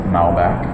Malbec